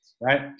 right